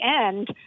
end